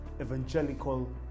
evangelical